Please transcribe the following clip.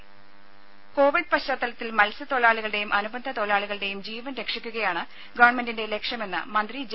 രുമ കോവിഡ് പശ്ചാത്തലത്തിൽ മത്സ്യത്തൊഴിലാളികളുടെയും അനുബന്ധ തൊഴിലാളികളുടെയും ജീവൻ രക്ഷിക്കുകയാണ് ഗവൺമെന്റിന്റെ ലക്ഷ്യമെന്ന് മന്ത്രി ജെ